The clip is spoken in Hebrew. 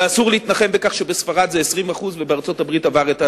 ואסור להתנחם בכך שבספרד זה 20% ובארצות-הברית עבר את ה-10%.